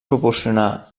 proporcionar